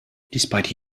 despite